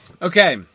Okay